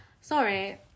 sorry